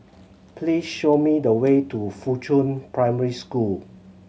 please show me the way to Fuchun Primary School